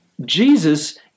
Jesus